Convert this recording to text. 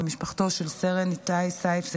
ומשפחתו של סרן איתי סייף,